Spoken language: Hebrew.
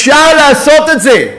אפשר לעשות את זה.